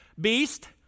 beast